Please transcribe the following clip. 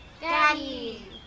Daddy